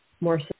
more